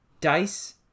Dice